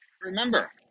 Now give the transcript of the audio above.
Remember